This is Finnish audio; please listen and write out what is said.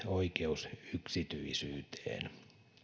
oikeus yksityisyyteen